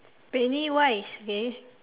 pennywise okay